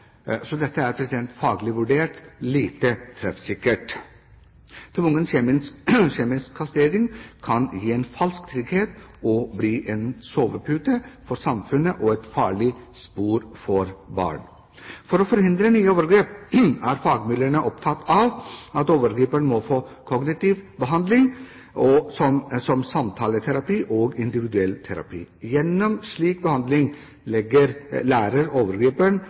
Så dette er faglig vurdert lite treffsikkert. Tvungen kjemisk kastrering kan gi en falsk trygghet og bli en sovepute for samfunnet og et farlig spor for barn. For å forhindre nye overgrep er fagmiljøene opptatt av at overgriperne må få kognitiv behandling, som samtaleterapi og individuell terapi. Gjennom slik behandling lærer overgriperen